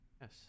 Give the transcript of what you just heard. Yes